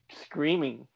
screaming